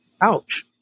ouch